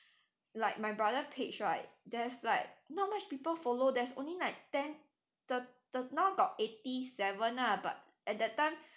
like my brother page right there's like not much people follow there's only like ten the the now got eighty seven lah but at that time